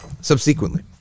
Subsequently